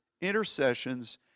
intercessions